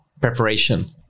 preparation